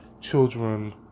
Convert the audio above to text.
children